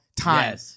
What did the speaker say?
time